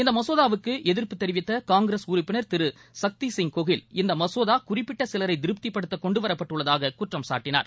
இந்த மசோதாவுக்கு எதிர்ப்பு தெரிவித்த காங்கிரஸ் உறுப்பினர் திரு சக்திசின் கோகில் இந்த மசோதா குறிப்பிட்ட சிலரை திருப்திப்படுத்த கொண்டுவரப்பட்டுள்ளதாக குற்றம்சாட்டினார்